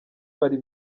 bari